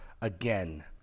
again